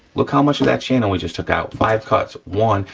look how much of that channel we just took out, five cuts, one,